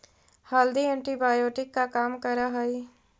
हल्दी एंटीबायोटिक का काम करअ हई